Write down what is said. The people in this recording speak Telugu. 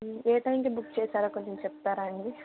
ఏ టైమ్ కి బుక్ చేసారో కొంచెం చెప్తారా అండి